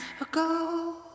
ago